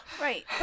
right